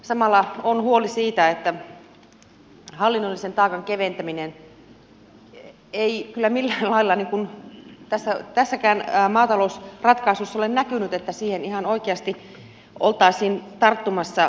samalla on huoli siitä että hallinnollisen taakan keventäminen ei kyllä millään lailla kuin mitä se että sekä tässäkään maatalousratkaisussa ole näkynyt se että siihen ihan oikeasti oltaisiin tarttumassa